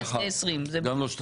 זה 20. לא אחד וגם לא שניים.